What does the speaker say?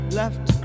left